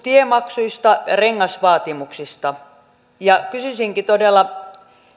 tiemaksuista rengasvaatimuksista kysyisinkin todella